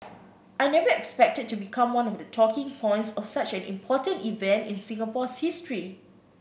I never expected to become one of the talking points of such an important event in Singapore's history